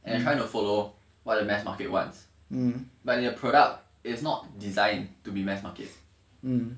and you try to follow what the mass market want but your product is not designed to be mass market